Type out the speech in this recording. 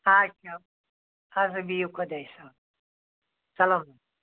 اَچھا اَدٕ سا بِہِو خۄدایس حوال چلو حظ